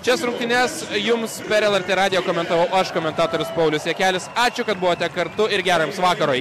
šias rungtynes jums per lrt radijo komentavau aš komentatorius paulius jakelis ačiū kad buvote kartu ir gero jums vakaro